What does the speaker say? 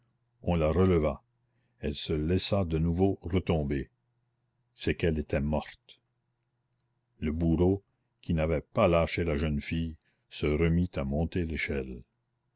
on la releva elle se laissa de nouveau retomber c'est qu'elle était morte le bourreau qui n'avait pas lâché la jeune fille se remit à monter l'échelle